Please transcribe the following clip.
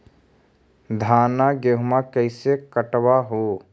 धाना, गेहुमा कैसे कटबा हू?